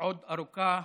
עוד ארוכה,